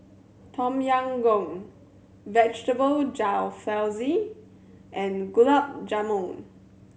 Tom Yam Goong Vegetable Jalfrezi and Gulab Jamun